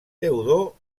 teodor